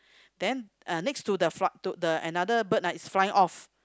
then uh next to the fly to the another bird ah is flying off